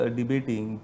debating